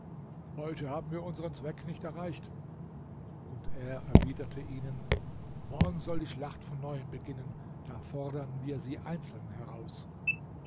heute haben wir unseren zweck nicht erreicht und er erwiderte ihnen morgen soll die schlacht von neuem beginnen da fordern wir sie einzeln heraus